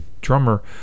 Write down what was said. drummer